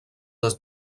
des